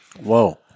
Whoa